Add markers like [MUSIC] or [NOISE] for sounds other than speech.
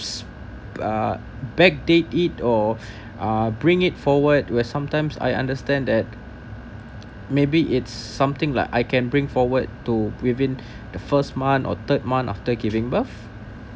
[NOISE] uh backdate it or uh bring it forward because sometimes I understand that maybe it's something like I can bring forward to within the first month or third month after giving birth